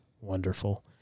Wonderful